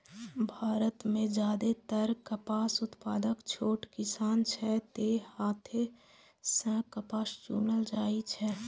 भारत मे जादेतर कपास उत्पादक छोट किसान छै, तें हाथे सं कपास चुनल जाइ छै